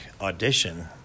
audition